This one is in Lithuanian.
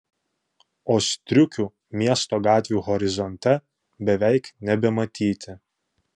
o striukių miesto gatvių horizonte beveik nebematyti